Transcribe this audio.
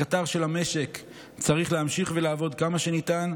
הקטר של המשק צריך להמשיך ולעבוד כמה שניתן,